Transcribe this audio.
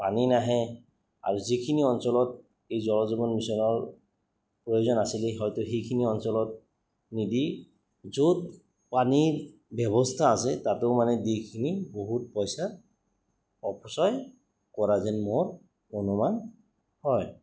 পানী নাহে আৰু যিখিনি অঞ্চলত এই জল জীৱন মিছনৰ প্ৰয়োজন আছিলেই হয়তো সেইখিনি অঞ্চলত নিদি য'ত পানীৰ ব্যৱস্থা আছে তাতো মানে দি কিনি বহুত পইচা অপচয় কৰা যেন মোৰ অনুমান হয়